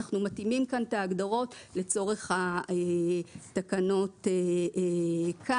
אנחנו מתאימים כאן את ההגדרות לצורך התקנות כאן,